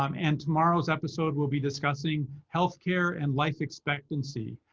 um and tomorrow's episode will be discussing health care and life expectancy.